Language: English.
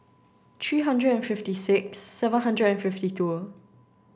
three hundred and fifty six seven hundred and fifty two